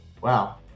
wow